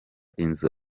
inzu